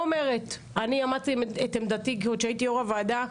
אני הבעתי את עמדתי עוד כשהייתי יו"ר הוועדה,